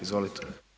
Izvolite.